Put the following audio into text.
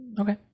okay